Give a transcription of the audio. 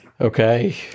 Okay